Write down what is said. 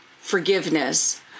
forgiveness